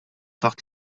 taħt